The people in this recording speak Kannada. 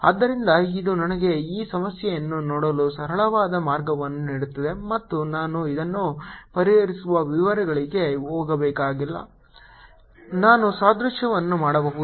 ಆದ್ದರಿಂದ ಇದು ನನಗೆ ಈ ಸಮಸ್ಯೆಯನ್ನು ನೋಡಲು ಸರಳವಾದ ಮಾರ್ಗವನ್ನು ನೀಡುತ್ತದೆ ಮತ್ತು ನಾನು ಇದನ್ನು ಪರಿಹರಿಸುವ ವಿವರಗಳಿಗೆ ಹೋಗಬೇಕಾಗಿಲ್ಲ ನಾನು ಸಾದೃಶ್ಯವನ್ನು ಮಾಡಬಹುದು